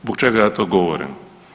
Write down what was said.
Zbog čega ja to govorim?